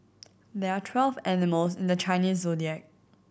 there are twelve animals in the Chinese Zodiac